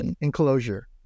enclosure